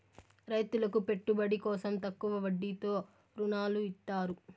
రైతులకు పెట్టుబడి కోసం తక్కువ వడ్డీతో ఋణాలు ఇత్తారు